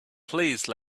please